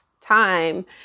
time